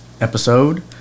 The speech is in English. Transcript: episode